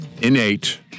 innate